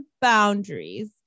boundaries